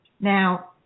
Now